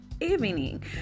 evening